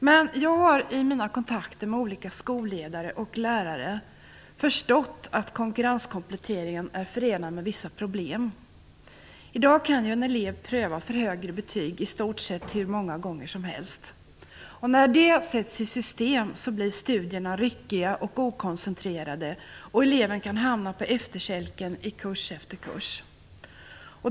Men jag har i mina kontakter med olika skolledare och lärare förstått att konkurrenskompletteringen är förenad med vissa problem. I dag kan en elev pröva för högre betyg i stort sett hur många gånger som helst. När det har satts i system blir studierna ryckiga och okoncentrerade och eleven kan hamna på efterkälken i kurs efter kurs.